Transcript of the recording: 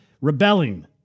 Rebelling